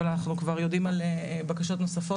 אבל אנחנו כבר יודעים על בקשות נוספות